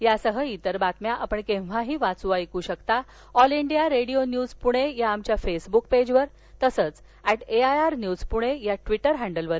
यासह इतर बातम्या आपण केव्हाही वाचू ऐकू शकता All India Radio news Pune या आमच्या फेसबुक पेजवर तसंच at A I R news Pune या ट्विटर हॅडलवर